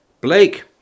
Blake